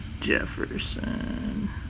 Jefferson